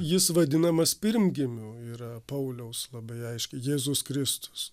jis vadinamas pirmgimiu yra pauliaus labai aiškiai jėzus kristus